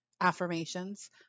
affirmations